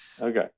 Okay